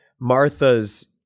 Martha's